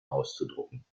auszudrucken